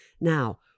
Now